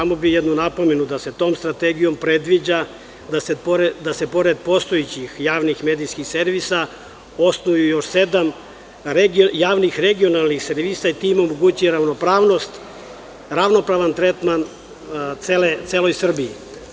Samo bih jednu napomenu, da se tom strategijom predviđa da se pored postojećih javnih medijskih servisa osnuju još sedam javnih regionalnih servisa i time omogući ravnopravnost, ravnopravan tretman celoj Srbiji.